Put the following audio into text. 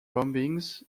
bombings